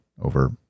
over